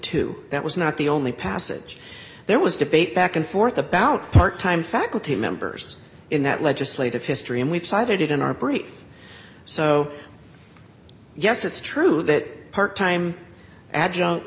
two that was not the only passage there was debate back and forth about part time faculty members in that legislative history and we've cited it in our brief so yes it's true that part time adjunct